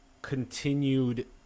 continued